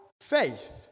faith